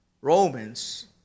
Romans